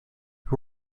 who